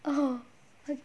oh okay